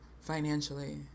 financially